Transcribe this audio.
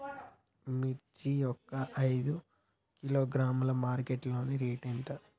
మిర్చి ఒక ఐదు కిలోగ్రాముల మార్కెట్ లో రేటు ఎంత?